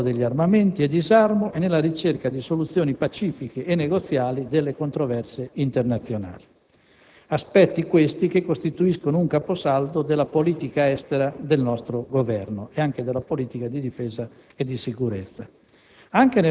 controllo degli armamenti e disarmo e nella ricerca di soluzioni pacifiche e negoziali delle controversie internazionali; aspetti, questi, che costituiscono un caposaldo della politica estera del nostro Governo e anche della politica di difesa e di sicurezza.